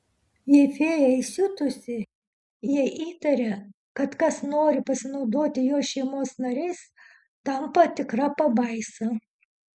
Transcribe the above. jei fėja įsiutusi jei įtaria kad kas nori pasinaudoti jos šeimos nariais tampa tikra pabaisa